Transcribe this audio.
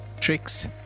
tricks